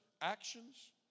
actions